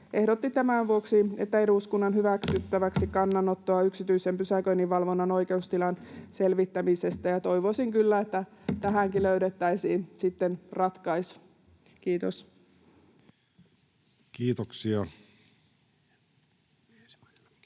ehdottaa tämän vuoksi eduskunnan hyväksyttäväksi kannanottoa yksityisen pysäköinninvalvonnan oikeustilan selvittämisestä. Toivoisin kyllä, että tähänkin löydettäisiin sitten ratkaisu. — Kiitos.